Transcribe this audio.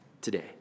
today